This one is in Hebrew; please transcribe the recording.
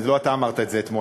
לא אתה אמרת את זה אתמול,